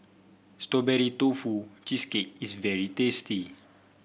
Strawberry Tofu Cheesecake is very tasty